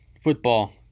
football